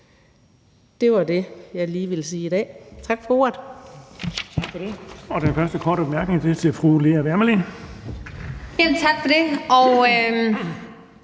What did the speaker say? Det var det, jeg ville sige i dag. Tak for ordet.